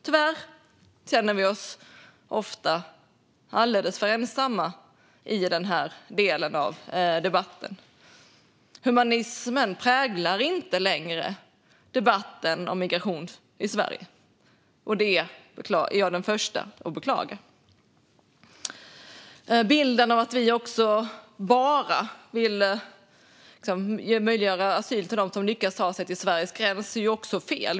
Tyvärr känner vi oss ofta alldeles för ensamma i debatten i den här delen. Humanismen präglar inte längre debatten om migration i Sverige, och det är jag den första att beklaga. Bilden att vi vill möjliggöra asyl bara för dem som lyckas ta sig till Sveriges gräns är också fel.